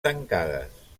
tancades